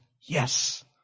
Yes